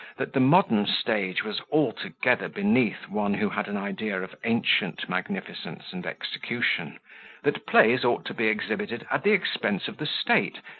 that the modern stage was altogether beneath one who had an idea of ancient magnificence and execution that plays ought to be exhibited at the expense of the state,